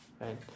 right